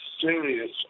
serious